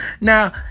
Now